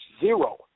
zero